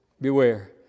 beware